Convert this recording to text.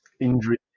Injury